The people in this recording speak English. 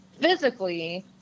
physically